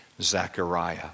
Zechariah